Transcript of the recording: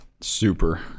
Super